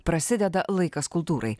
prasideda laikas kultūrai